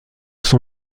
son